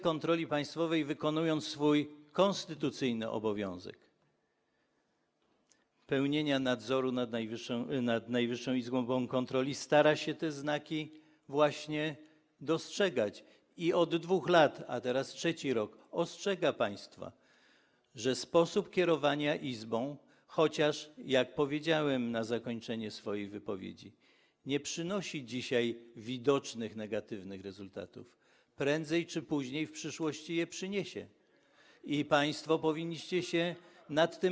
Kontroli Państwowej, wykonując swój konstytucyjny obowiązek sprawowania nadzoru nad Najwyższą Izbą Kontroli, stara się te znaki właśnie dostrzegać i od 2 lat, a teraz trzeci rok ostrzega państwa, że sposób kierowania Izbą, chociaż, jak powiedziałem na zakończenie swojej wypowiedzi, dzisiaj nie przynosi widocznych negatywnych rezultatów, to prędzej czy później, w przyszłości je przyniesie i państwo powinniście się nad tym.